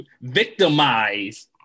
victimize